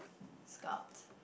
scouts